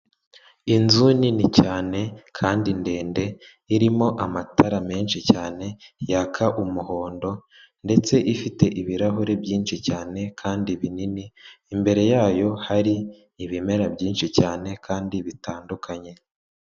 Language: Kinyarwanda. Inzu nini cyane kandi ndende irimo amatara menshi cyane yaka umuhondo ndetse ifite ibirahure byinshi cyane kandi binini imbere yayo hari ibimera byinshi cyane kandi bitandukanye.